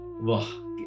wow